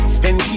Spend